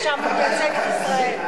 ושם הוא מייצג את ישראל.